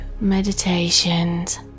meditations